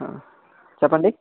చెప్పండి